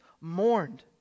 mourned